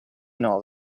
nove